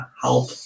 help